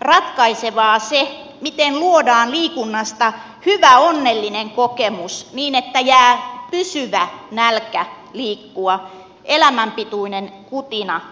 ratkaisevaa se miten luodaan liikunnasta hyvä onnellinen kokemus niin että jää pysyvä nälkä liikkua elämän pituinen kutina liikunnalle